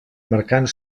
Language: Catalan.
marcant